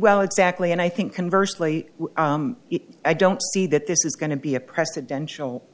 well exactly and i think conversed late i don't see that this is going to be a presidential